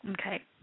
Okay